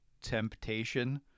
temptation